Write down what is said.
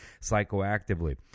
psychoactively